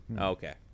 Okay